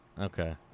Okay